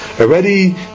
already